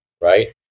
right